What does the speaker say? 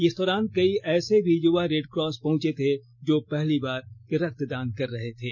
इस दौरान कई ऐसे भी यूवा रेडक्रॉस पहुंचे थे जो पहली बार रक्तदान कर रहे थे